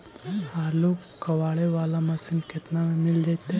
आलू कबाड़े बाला मशीन केतना में मिल जइतै?